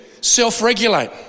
self-regulate